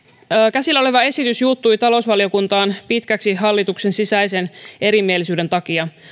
käsillä oleva esitys juuttui talousvaliokuntaan pitkäksi aikaa hallituksen sisäisen erimielisyyden takia